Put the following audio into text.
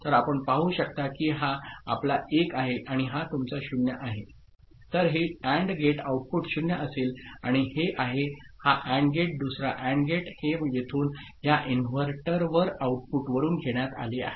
तर आपण पाहू शकता की हा आपला 1 आहे आणि हा तुमचा 0 आहे तर हे AND गेट आउटपुट 0 असेल आणि हे आहे हा AND गेट दुसरा AND गेट हे येथून या इनव्हर्टर आउटपुटवरून घेण्यात आले आहे